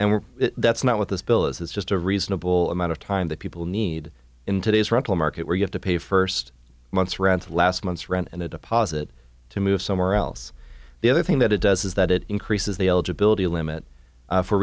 we're that's not what this bill is it's just a reasonable amount of time that people need in today's rental market where you have to pay first month's rent last month's rent and a deposit to move somewhere else the other thing that it does is that it increases the eligibility limit for